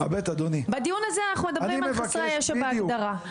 בדיו הזה אנחנו מדברים על חסרי ישע בהגדרה.